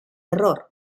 error